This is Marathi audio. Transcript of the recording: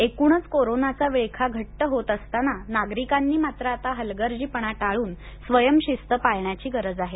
एकूणच कोरोनाचा विळखा घट्ट होत असताना नागरिकांनी मात्र आता हलगर्जीपणा टाळून स्वयंशिस्त पाळण्याची गरज आहे